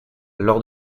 lors